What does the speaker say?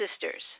sisters